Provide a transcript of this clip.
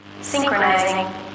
Synchronizing